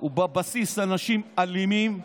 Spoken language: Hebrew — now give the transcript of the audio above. הוא בבסיס אנשים אלימים,